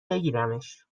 بگیرمش